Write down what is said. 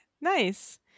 nice